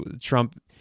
Trump